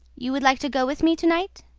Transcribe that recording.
you would like to go with me to-night?